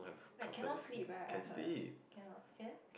like cannot sleep right I heard cannot can